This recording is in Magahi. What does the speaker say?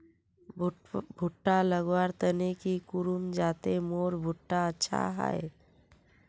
भुट्टा लगवार तने की करूम जाते मोर भुट्टा अच्छा हाई?